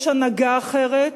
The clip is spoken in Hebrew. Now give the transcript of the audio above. יש הנהגה אחרת,